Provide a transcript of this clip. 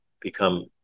become